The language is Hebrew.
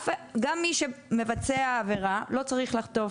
גם מי שמבצע עבירה לא צריך לחטוף.